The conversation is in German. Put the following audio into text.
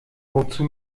wozu